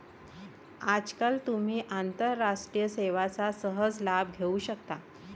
आजकाल तुम्ही आंतरराष्ट्रीय सेवांचा सहज लाभ घेऊ शकता